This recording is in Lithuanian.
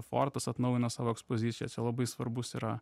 fortas atnaujino savo ekspoziciją čia labai svarbus yra